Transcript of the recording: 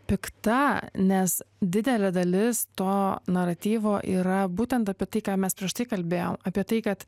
pikta nes didelė dalis to naratyvo yra būtent apie tai ką mes prieš tai kalbėjom apie tai kad